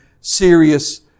serious